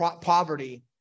poverty